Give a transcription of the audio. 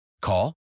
Call